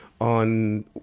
on